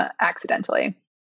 accidentally